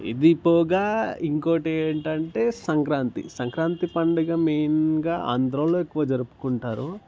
ఇది పోగా ఇంకోటి ఏంటంటే సంక్రాంతి సంక్రాంతి పండుగ మెయిన్గా ఆంధ్రా వాళ్ళు ఎక్కువ జరుపుకుంటారు